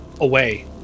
away